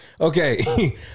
Okay